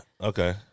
Okay